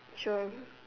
sure